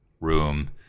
room